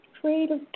creative